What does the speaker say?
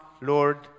Lord